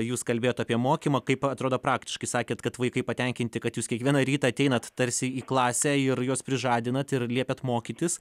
jūs kalbėjot apie mokymą kaip atrodo praktiškai sakėt kad vaikai patenkinti kad jūs kiekvieną rytą ateinat tarsi į klasę ir juos prižadinat ir liepiat mokytis